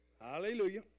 hallelujah